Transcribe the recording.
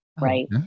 right